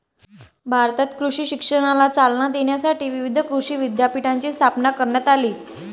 भारतात कृषी शिक्षणाला चालना देण्यासाठी विविध कृषी विद्यापीठांची स्थापना करण्यात आली